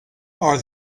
are